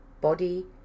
body